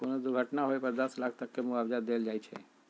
कोनो दुर्घटना होए पर दस लाख तक के मुआवजा देल जाई छई